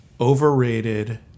Overrated